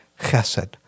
chesed